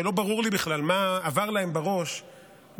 ולא ברור לי בכלל מה עבר להם בראש מלבד